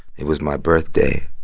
it was my birthday.